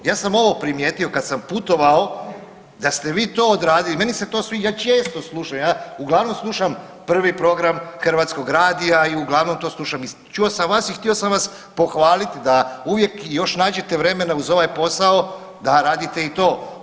Ja sam ovo primijetio kad sam putovao da ste vi to odradili, meni se to sviđa, ja često slušam, ja uglavnom slušam prvi program Hrvatskog radija i uglavnom to slušam i čuo sam vas i htio sam vas pohvaliti da uvijek još nađete vremena uz ovaj posao da radite i to.